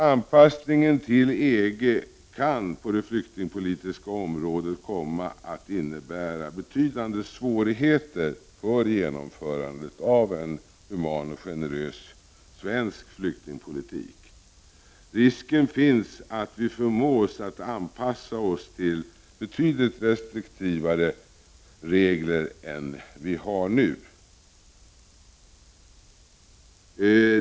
Anpassningen till EG kan på det flyktingpolitiska området komma att innebära betydande svårigheter för genomförandet av en human och generös svensk flyktingpolitik. Risken finns att vi förmås att anpassa oss till betydligt restriktivare regler än vi har nu.